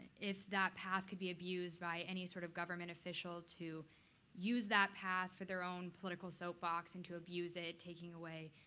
if the path could be abused by any sort of government official to use that path for their own political soapbox, and to abuse it, taking away